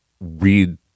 read